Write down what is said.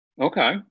Okay